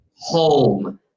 home